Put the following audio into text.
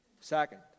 Second